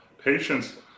patience